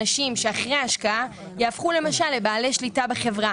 אנשים שאחרי השקעה יהפכו למשל לבעלי שליטה בחברה.